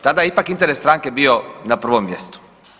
Tada je ipak interes stranke bio na prvom mjestu.